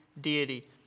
deity